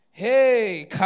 Hey